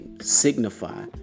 signify